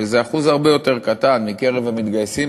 שזה אחוז הרבה יותר קטן מקרב המתגייסים,